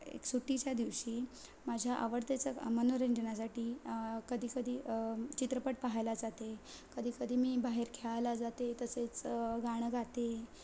एक सुट्टीच्या दिवशी माझ्या आवडतेच मनोरंजनासाठी कधी कधी चित्रपट पाहायला जाते कधीकधी मी बाहेर खेळायला जाते तसेच गाणं गाते